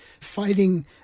fighting